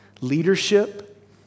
leadership